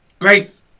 Grace